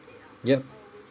yup